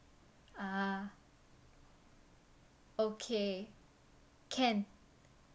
ah okay can